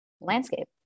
landscape